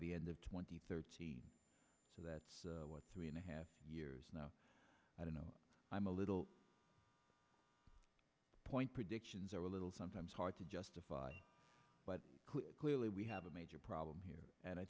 the end of twenty third so that's two and a half years now i don't know i'm a little point predictions are a little sometimes hard to justify but clearly we have a major problem here and i